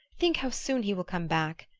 think how soon he will come back!